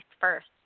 first